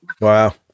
Wow